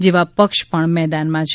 જેવા પક્ષ પણ મેદાન માં છે